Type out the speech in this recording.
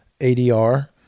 ADR